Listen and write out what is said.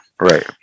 Right